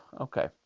Okay